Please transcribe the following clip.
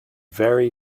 very